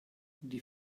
die